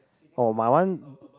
oh my one